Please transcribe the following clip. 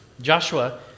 Joshua